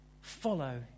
follow